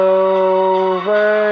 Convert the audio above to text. over